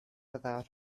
without